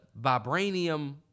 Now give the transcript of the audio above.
vibranium